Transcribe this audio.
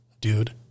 dude